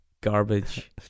garbage